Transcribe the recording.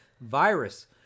virus